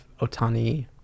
Otani